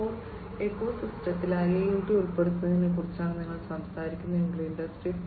0 ഇക്കോസിസ്റ്റത്തിൽ IIoT ഉൾപ്പെടുത്തുന്നതിനെക്കുറിച്ചാണ് നിങ്ങൾ സംസാരിക്കുന്നതെങ്കിൽ ഇൻഡസ്ട്രി 4